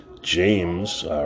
James